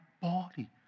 body